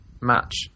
match